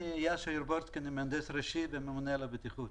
מהנדס ראשי וממונה על הבטיחות.